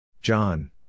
John